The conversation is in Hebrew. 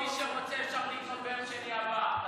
מי שרוצה יכול לקנות ביום שני הבא.